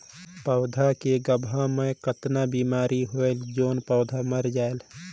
पौधा के गाभा मै कतना बिमारी होयल जोन पौधा मर जायेल?